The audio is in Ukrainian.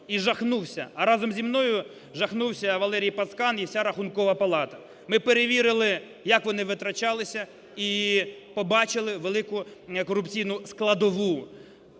І жахнувся. А разом зі мною жахнувся Валерій Пацкан і вся Рахункова палата. Ми перевірили, як вони витрачалися і побачили велику корупційну складову,